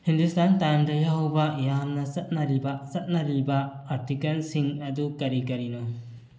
ꯍꯤꯟꯗꯨꯁꯇꯥꯟ ꯇꯥꯏꯝꯗ ꯌꯥꯎꯕ ꯌꯥꯝꯅ ꯆꯠꯅꯔꯤꯕ ꯆꯠꯅꯔꯤꯕ ꯑꯥꯔꯇꯤꯀꯜꯁꯤꯡ ꯑꯗꯨ ꯀꯔꯤ ꯀꯔꯤꯅꯣ